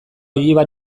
ojiba